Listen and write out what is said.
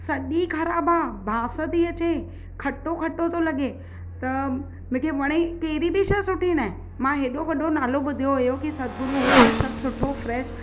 सॼी ख़राबु आहे भासि थी अचे खटो खटो थो लॻे त मूंखे वणे ई कहिड़ी बि शइ सुठी नाहे मां हेॾो वॾो नालो ॿुधियो हुओ की सतगुरू होटल सभु सुठो फ़्रेश